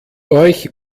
euch